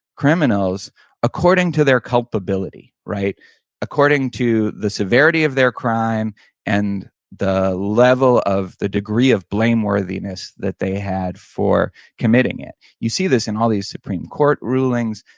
criminals according to their culpability. according to the severity of their crime and the level of, the degree of blame worthiness that they had for committing it you see this in all these supreme court rulings,